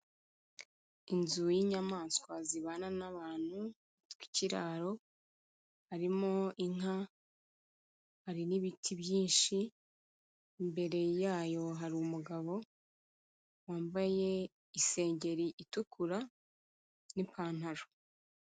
Inzu y'inyamaswa zibana n'abantu yitwa ikiraro, harimo inka, hari n'ibiti byinshi, imbere yayo hari umugabo wambaye isengeri itukura n'ipantaro.